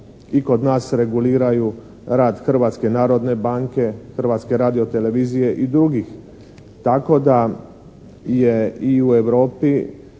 i kod nas reguliraju rad Hrvatske narodne banke, Hrvatske radiotelevizije i drugih. Tako da je i u Europi,